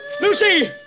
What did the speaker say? Lucy